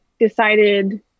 decided